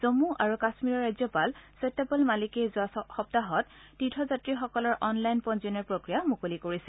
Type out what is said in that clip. জম্ম আৰু কাশ্মীৰৰ ৰাজ্যপাল সত্যপল মালিকে যোৱা সপ্তাহত তীৰ্থযাত্ৰীসকলৰ অনলাইন পঞ্জীয়নৰ প্ৰক্ৰিয়া মুকলি কৰিছিল